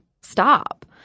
stop